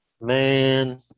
Man